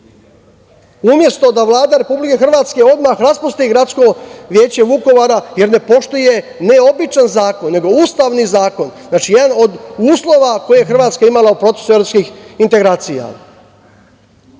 Umesto da Vlada Republike Hrvatske odmah raspusti Gradsko veće Vukovara jer ne poštuje ne običan zakon nego ustavni zakon. Znači, jedan od uslova koje je Hrvatska imala u procesu evropskih integracija. Imali